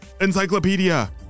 Encyclopedia